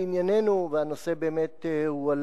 מתנגדים ואין נמנעים.